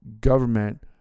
government